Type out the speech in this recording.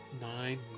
Nine